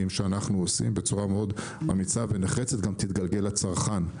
שאנחנו עושים בצורה מאוד אמיצה ונחרצת תתגלגל גם לצרכן,